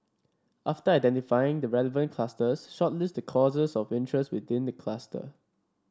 after identifying the relevant clusters shortlist the courses of interest within the cluster